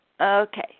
Okay